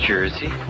Jersey